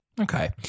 Okay